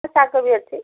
ଶାଗ ବି ଅଛି